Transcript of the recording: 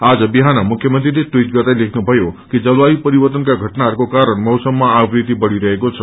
आज बिहान मुख्य मंत्रीले टवीट गर्दै लेख्नुभयो कि जलवायु परिवर्तनका घटनाहरूको कारण मौसममा असवृत्ति बढ़िरहेको द